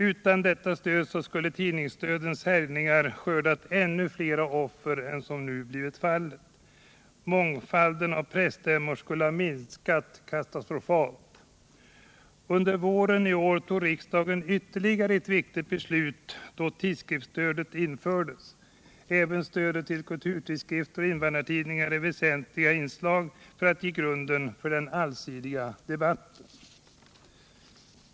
Utan detta stöd skulle tidningsdödens härjningar ha skördat ännu flera offer än som nu blivit fallet. Mångfalden av presstämmor skulle ha minskat katastrofalt. Under våren i år fattade riksdagen ytterligare ett viktigt beslut, då tidskriftsstödet infördes. Även stödet till kulturtidskrifter och invandrartidningar är ett väsentligt inslag i strävandena att trygga grunderna för den allsidiga debatten.